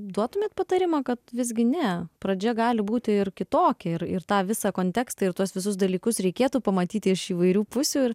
duotumėt patarimą kad visgi ne pradžia gali būti ir kitokia ir ir tą visą kontekstą ir tuos visus dalykus reikėtų pamatyti iš įvairių pusių ir